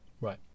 Right